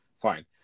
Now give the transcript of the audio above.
Fine